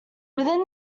within